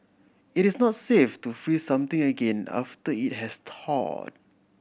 it is not safe to freeze something again after it has thawed